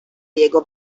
jego